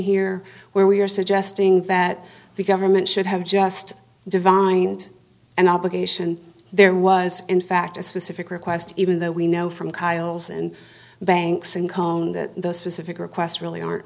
here where we are suggesting that the government should have just divined an obligation there was in fact a specific request even though we know from kyle's and banks and cone that those specific requests really are